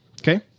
Okay